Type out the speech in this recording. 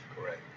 Correct